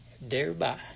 Thereby